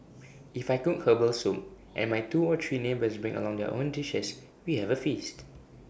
if I cook Herbal Soup and my two or three neighbours bring along their own dishes we have A feast